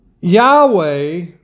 Yahweh